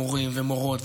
למורים ומורות,